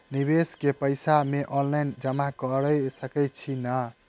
निवेश केँ पैसा मे ऑनलाइन जमा कैर सकै छी नै?